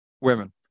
women